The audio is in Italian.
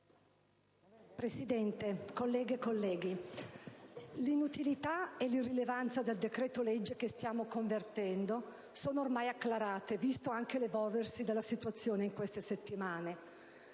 Presidente, colleghe e colleghi, l'inutilità e l'irrilevanza del decreto‑legge che stiamo convertendo sono ormai acclarate, visto anche l'evolversi della situazione in queste settimane.